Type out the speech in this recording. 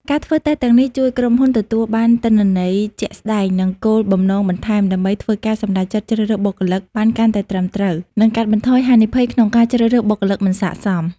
ការធ្វើតេស្តទាំងនេះជួយក្រុមហ៊ុនទទួលបានទិន្នន័យជាក់ស្តែង និងគោលបំណងបន្ថែម ដើម្បីធ្វើការសម្រេចចិត្តជ្រើសរើសបុគ្គលិកបានកាន់តែត្រឹមត្រូវ និងកាត់បន្ថយហានិភ័យក្នុងការជ្រើសរើសបុគ្គលិកមិនស័ក្តិសម។